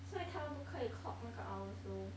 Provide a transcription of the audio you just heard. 所以他们不可以 clock 那个 hours lor